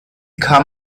kann